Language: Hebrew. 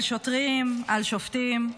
על שוטרים, על שופטים,